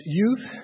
youth